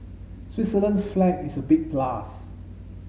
Switzerland's flag is a big plus